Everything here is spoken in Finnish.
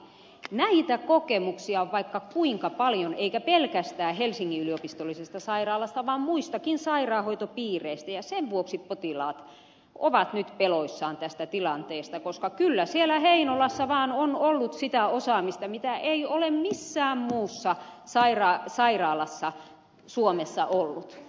näitä kokemuksia on vaikka kuinka paljon eikä pelkästään helsingin yliopistollisesta sairaalasta vaan muistakin sairaanhoitopiireistä ja sen vuoksi potilaat ovat nyt peloissaan tästä tilanteesta koska kyllä siellä heinolassa vaan on ollut sitä osaamista mitä ei ole missään muussa sairaalassa suomessa ollut